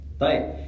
right